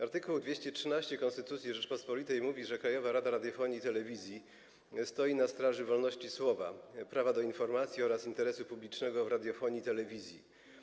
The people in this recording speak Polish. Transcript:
Art. 213 konstytucji Rzeczypospolitej mówi: „Krajowa Rada Radiofonii i Telewizji stoi na straży wolności słowa, prawa do informacji oraz interesu publicznego w radiofonii i telewizji”